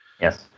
yes